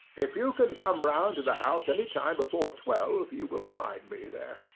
if you can come round to the house any time before twelve, you will find me there.